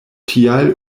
tial